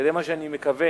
וזה מה שאני מקווה